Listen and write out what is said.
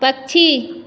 पक्षी